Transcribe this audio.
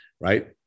right